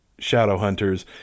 Shadowhunters